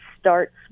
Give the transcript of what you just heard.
starts